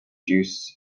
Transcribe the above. juice